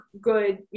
good